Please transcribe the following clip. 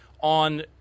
on